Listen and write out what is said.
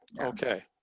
Okay